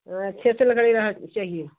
अच्छे से लगाइएगा चाहिए